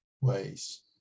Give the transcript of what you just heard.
ways